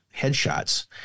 headshots